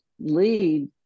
lead